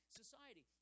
society